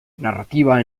narrativa